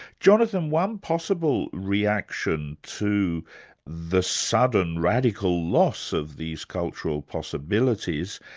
jonathan, one possible reaction to the sudden radical loss of these cultural possibilities,